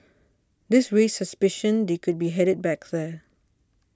this raised suspicion they could be headed back there